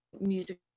music